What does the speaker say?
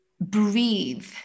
breathe